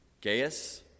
Gaius